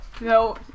no